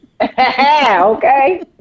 Okay